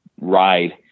ride